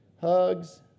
hugs